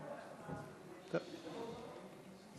4875, 4980,